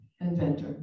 inventor